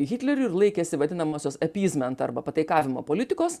hitleriui ir laikėsi vadinamosios appeasement arba pataikavimo politikos